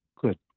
Good